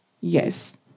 Yes